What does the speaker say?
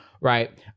right